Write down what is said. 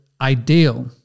ideal